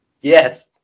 Yes